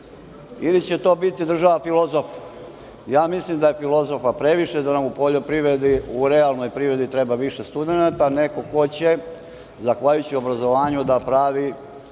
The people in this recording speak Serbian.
ili će to biti država filozofa? Ja mislim da je filozofa previše, da nam u poljoprivredi u realnoj privredi treba više studenata, neko ko će zahvaljujući obrazovanju da pravi